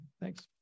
Thanks